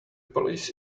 police